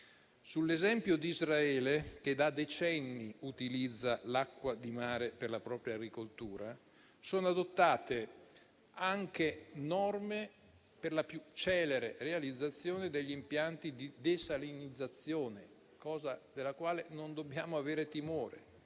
Sull'esempio di Israele, che da decenni utilizza l'acqua di mare per la propria agricoltura, sono adottate anche norme per la più celere realizzazione degli impianti di desalinizzazione, cosa della quale non dobbiamo avere timore.